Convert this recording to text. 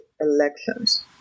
elections